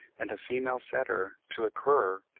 and a female setter to a cur,